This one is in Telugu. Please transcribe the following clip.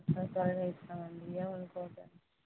త్వరగా ఇస్తామండి ఏమనుకోకండి